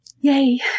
Yay